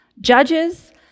judges